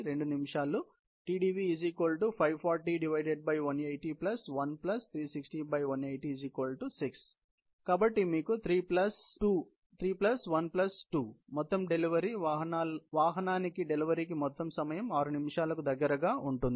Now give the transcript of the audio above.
Tdv 54018013601806 కాబట్టి మీకు 3 plus 1 plus 2 3 1 2 మొత్తం డెలివరీ వాహనానికి డెలివరీకి మొత్తం సమయం 6 నిమిషాలకు దగ్గరగా ఉంటుంది